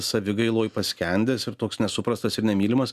savigailoj paskendęs ir toks nesuprastas ir nemylimas